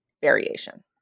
variation